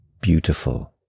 Beautiful